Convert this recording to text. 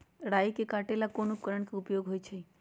राई के काटे ला कोंन उपकरण के उपयोग होइ छई?